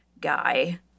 guy